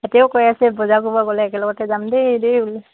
এতিয়াও কৈ আছে বজাৰ কৰিব গ'লে একেলগতে যাম দেই দেই বোলে